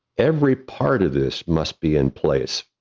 every part of this must be in place,